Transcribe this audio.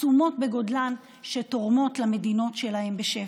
עצומות בגודלן, שתורמות למדינות שלהן בשפע.